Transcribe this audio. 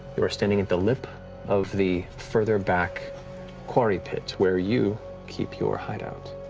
you are standing at the lip of the further back quarry pit, where you keep your hideout,